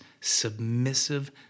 submissive